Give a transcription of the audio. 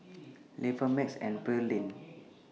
Levar Max and Pearlene